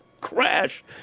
crash